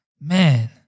Man